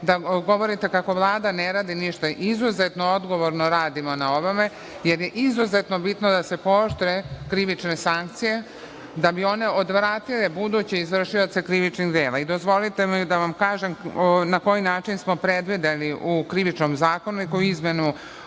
da govorite kako Vlada ne radi ništa. Izuzetno odgovorno radimo na ovome, jer je izuzetno bitno da se poštuju krivične sankcije, da bi one odvratile buduće izvršioce krivičnih dela i dozvolite mi da vam kažem na koji način smo pregledani u Krivičnom zakoniku izmenu